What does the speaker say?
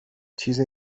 چیز